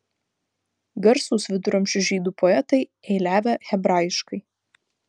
garsūs viduramžių žydų poetai eiliavę hebrajiškai